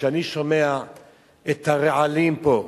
כשאני שומע את הרעלים פה,